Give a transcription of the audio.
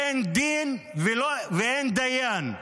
אין דין ואין דיין,